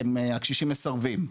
הקשישים מסרבים,